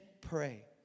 pray